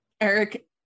Eric